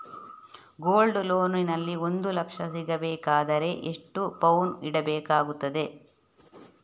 Gold loan ನಲ್ಲಿ ಒಂದು ಲಕ್ಷ ಸಿಗಬೇಕಾದರೆ ಎಷ್ಟು ಪೌನು ಇಡಬೇಕಾಗುತ್ತದೆ?